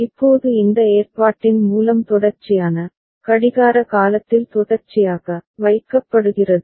இப்போது இந்த ஏற்பாட்டின் மூலம் தொடர்ச்சியான கடிகார காலத்தில் தொடர்ச்சியாக வைக்கப்படுகிறது